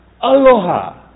Aloha